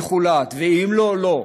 יחולט, ואם לא, לא.